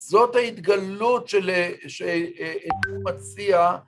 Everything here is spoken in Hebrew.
זאת ההתגלות שהיא מציעה.